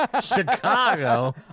Chicago